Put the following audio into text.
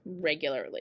regularly